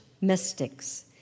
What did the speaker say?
mystics